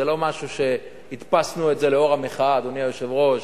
זה לא משהו שהדפסנו לאור המחאה, אדוני היושב-ראש.